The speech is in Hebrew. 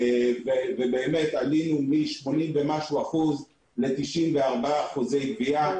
עלינו מ-80% ומשהו ל-95% גבייה,